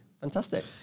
fantastic